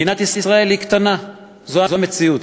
מדינת ישראל היא קטנה, זו המציאות.